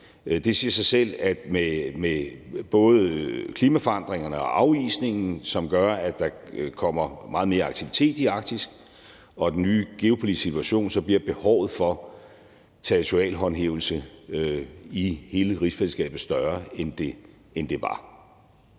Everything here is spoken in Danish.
Det siger sig selv, at med både klimaforandringerne og afisningen, som gør, at der kommer meget mere aktivitet i Arktis, og den nye geopolitiske situation, så bliver behovet for territorial håndhævelse i hele rigsfællesskabet større, end det var.